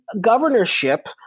governorship